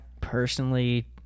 personally